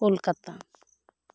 Kolkata